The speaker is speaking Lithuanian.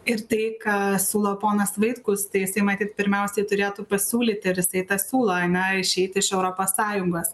ir tai ką siūlo ponas vaitkus tai jisai matyt pirmiausiai turėtų pasiūlyti ir jisai tą siūlo išeiti iš europos sąjungos